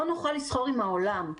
לא נוכל לסחור עם העולם.